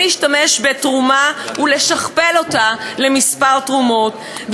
להשתמש בתרומה ולשכפל אותה לכמה תרומות,